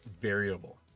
variable